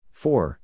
four